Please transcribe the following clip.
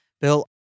Bill